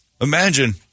Imagine